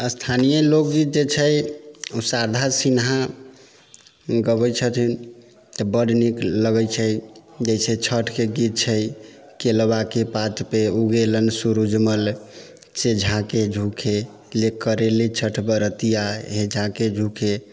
स्थानीय लोक गीत जे छै ओ शारदा सिन्हा गबै छथिन तऽ बड नीक लगै छै जैसे छठि के गीत छै केलबा के पात पे उगे लन सूरूजमल से झाँके झूँके ले करे लए जे छठि बरतिया ए झाँके झूँके